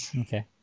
okay